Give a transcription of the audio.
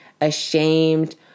ashamed